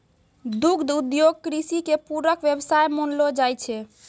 दुग्ध उद्योग कृषि के पूरक व्यवसाय मानलो जाय छै